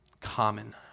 common